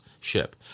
ship